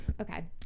Okay